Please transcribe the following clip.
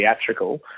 theatrical